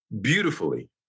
beautifully